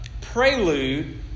prelude